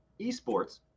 esports